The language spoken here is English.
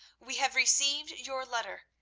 we have received your letter,